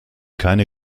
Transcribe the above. keine